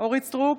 אורית מלכה סטרוק,